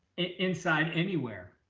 inside anywhere.